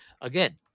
again